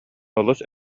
олус